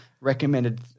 recommended